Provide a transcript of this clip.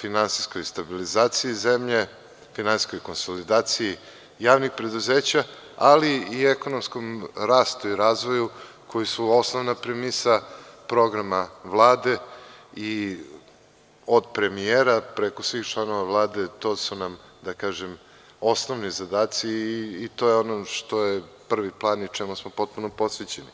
finansijskoj stabilizaciji zemlje, finansijskoj konsolidaciji javnih preduzeća, ali i ekonomskom rastu i razvoju koji su osnovna premisa programa Vlade i od premijera preko svih članova Vlade, to su nam osnovni zadaci i to je ono što je prvi plan i čemu smo potpuno posvećeni.